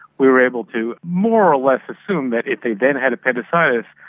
we were able to more or less assume that if they then had appendicitis,